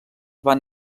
van